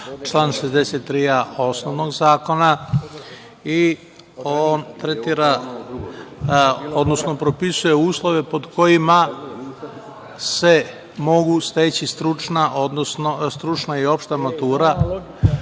član 63a osnovnog zakona i on tretira, odnosno propisuje uslove pod kojima se mogu steći stručna i opšta matura